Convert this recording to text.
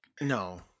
No